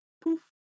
poof